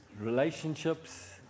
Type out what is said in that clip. relationships